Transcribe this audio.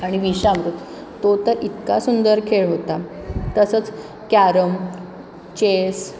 आणि विषामृत तो तर इतका सुंदर खेळ होता तसंच कॅरम चेस